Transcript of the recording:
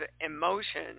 emotion